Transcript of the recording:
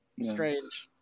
Strange